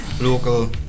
local